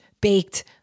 baked